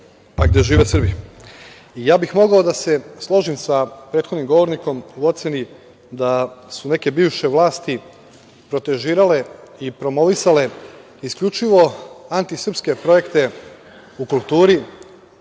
a gde žive Srbi. Mogao bih da se složim sa prethodnim govornikom u oceni da su neke bivše vlasti protežirale i promovisale isključivo antisrpske projekte u kulturi,